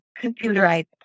computerized